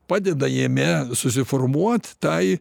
padeda jame susiformuot tai